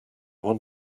want